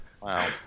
Wow